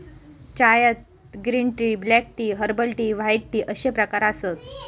चायत green tea, black tea, herbal tea, white tea अश्ये प्रकार आसत